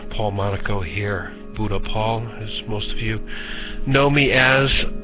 paul monaco here, buddha paul as most of you know me as.